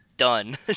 done